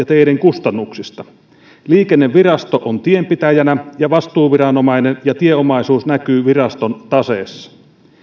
teiden kustannuksista liikennevirasto on tienpitäjänä ja vastuuviranomainen ja tieomaisuus näkyy viraston taseessa